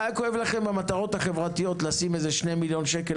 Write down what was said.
מה היה כואב לכם במטרות החברתיות לשים איזה 2 מיליון שקל